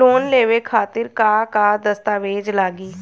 Loan लेवे खातिर का का दस्तावेज लागी?